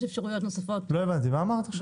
יש אפשרויות נוספות -- לא הבנתי מה אמרת עכשיו?